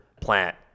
plant